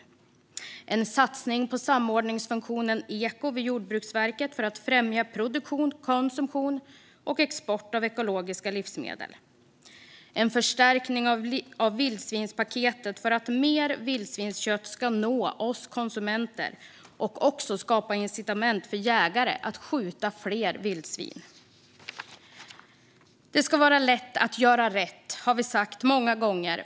Det handlar om en satsning på samordningsfunktionen Eko vid Jordbruksverket för att främja produktion, konsumtion och export av ekologiska livsmedel. Det handlar också om en förstärkning av vildsvinspaketet för att mer vildsvinskött ska nå oss konsumenter och för att skapa incitament för jägare att skjuta fler vildsvin. Det ska vara lätt att göra rätt. Det har vi sagt många gånger.